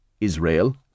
Israel